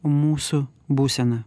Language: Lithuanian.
mūsų būseną